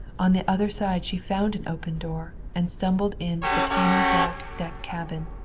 on the other side she found an open door and stumbled into the tiny dark deck cabin,